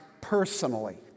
personally